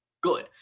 good